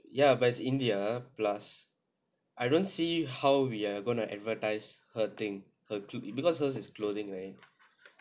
ya but it's india plus I don't see how we're gonna advertise her thing her cloth because hers is clothing line